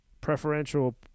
preferential